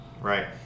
Right